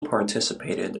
participated